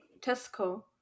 tesco